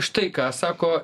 štai ką sako